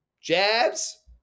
jabs